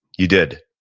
you did.